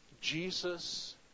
Jesus